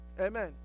Amen